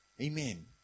Amen